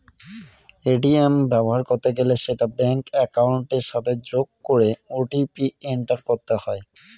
ATM ব্যবহার করতে গেলে সেটা ব্যাঙ্ক একাউন্টের সাথে যোগ করে ও.টি.পি এন্টার করতে হয়